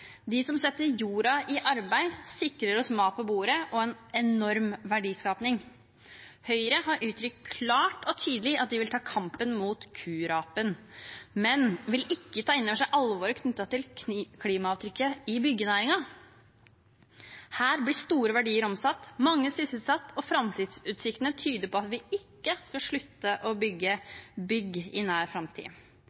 som setter jorda i arbeid, og som sikrer oss mat på bordet og en enorm verdiskaping. Høyre har uttrykt klart og tydelig at de vil ta kampen mot kurapen, men vil ikke ta inn over seg alvoret knyttet til klimaavtrykket i byggenæringen. Her blir store verdier omsatt, mange sysselsatt, og framtidsutsiktene tyder på at vi ikke skal slutte å bygge